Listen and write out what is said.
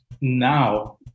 now